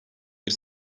bir